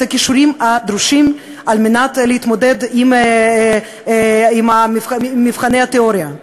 הכישורים הדרושים להתמודד עם מבחני התיאוריה.